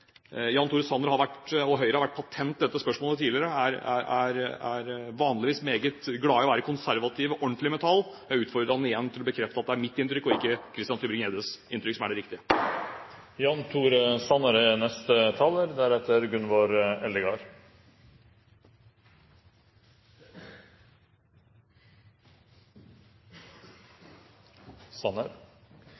Jan Tore Sanner og Høyre har vært patent i dette spørsmålet tidligere, og er vanligvis meget glad i å være konservative og ordentlige med tall. Jeg utfordrer han igjen til å bekrefte at det er mitt inntrykk og ikke Christian Tybring-Gjeddes inntrykk som er det riktige.